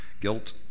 guilt